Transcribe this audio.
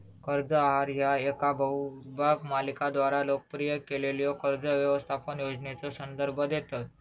कर्ज आहार ह्या येका बहुभाग मालिकेद्वारा लोकप्रिय केलेल्यो कर्ज व्यवस्थापन योजनेचो संदर्भ देतत